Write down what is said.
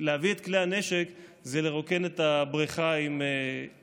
להביא את כלי הנשק זה לרוקן את הבריכה עם דלי,